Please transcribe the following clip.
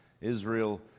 Israel